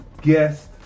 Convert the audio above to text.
guest